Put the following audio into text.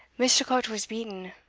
misticot was beaten,